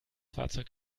fahrzeug